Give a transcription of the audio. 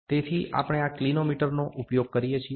તેથી આપણે આ ક્લિનોમીટરનો ઉપયોગ કરીએ છીએ